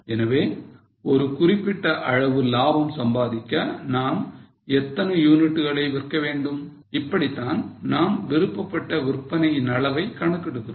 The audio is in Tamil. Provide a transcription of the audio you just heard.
எனவே ஒரு குறிப்பிட்ட அளவு லாபம் சம்பாதிக்க நாம் எத்தனை யூனிட்டுகளை விற்க வேண்டும் இப்படித்தான் நாம் விருப்பப்பட்ட விற்பனையின் அளவை கணக்கிடுகிறோம்